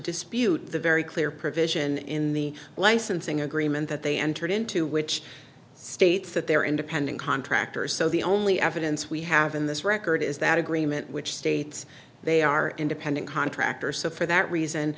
dispute the very clear provision in the licensing agreement that they entered into which states that they're independent contractors so the only evidence we have in this record is that agreement which states they are independent contractors so for that reason